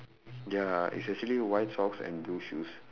ya it's actually white socks and blue shoes